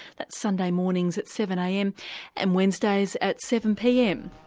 that's sunday mornings at seven am and wednesdays at seven pm.